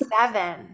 seven